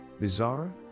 Bizarre